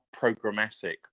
programmatic